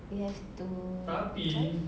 we have to drive